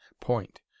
point